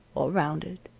or rounded,